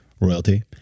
royalty